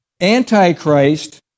Antichrist